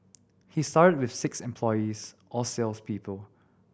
he started with six employees all sales people